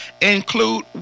include